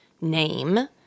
name